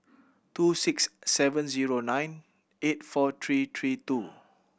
two six seven zero nine eight four three three two